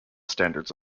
standards